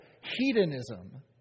hedonism